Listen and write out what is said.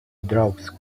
draws